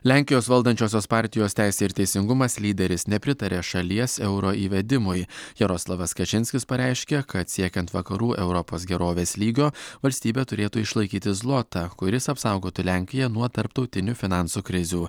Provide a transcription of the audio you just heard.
lenkijos valdančiosios partijos teisė ir teisingumas lyderis nepritaria šalies euro įvedimui jaroslavas kačinskis pareiškė kad siekiant vakarų europos gerovės lygio valstybė turėtų išlaikyti zlotą kuris apsaugotų lenkiją nuo tarptautinių finansų krizių